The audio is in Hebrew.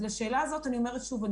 למרות שזה לא